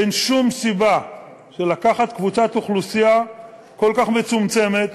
אין שום סיבה לקחת קבוצת אוכלוסייה כל כך מצומצמת,